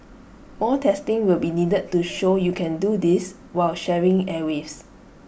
more testing will be needed to show you can do this while sharing airwaves